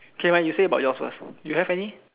okay never mind you say about yours first you have any